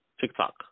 TikTok